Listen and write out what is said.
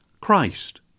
Christ